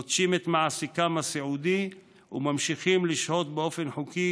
נוטשים את מעסיקם הסיעודי וממשיכים לשהות באופן לא חוקי,